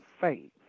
faith